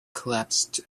collapsed